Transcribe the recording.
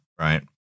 right